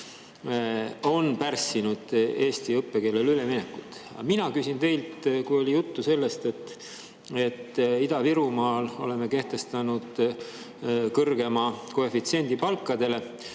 on pärssinud eesti õppekeelele üleminekut. Aga mina küsin teilt nii. Oli juttu sellest, et Ida-Virumaal oleme kehtestanud [õpetajate] palkadele